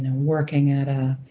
working at a